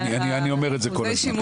אנחנו כמובן גם חלק מהצוות,